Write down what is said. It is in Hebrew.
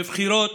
בבחירות